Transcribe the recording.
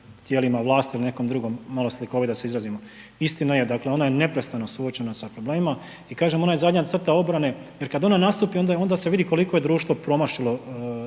tijelima vlasti i o nekom drugom, malo slikovito da se izrazimo. Istina je, dakle ona je neprestano suočena sa problemima i kažem ona je zadnja crta obrane jer kada ona nastupi onda se vidi koliko je društvo promašilo